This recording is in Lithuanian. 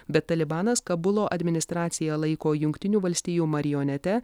bet talibanas kabulo administraciją laiko jungtinių valstijų marionete